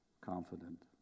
confident